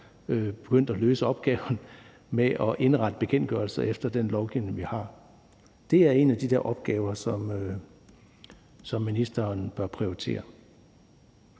begyndt at løse opgaven med at indrette bekendtgørelserne efter den lovgivning, vi har. Det er en af de opgaver, som ministeren bør prioritere.